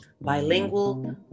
bilingual